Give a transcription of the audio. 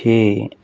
ਛੇ